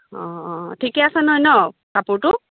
অ' অ' ঠিকেই আছে নহয় ন' কাপোৰটো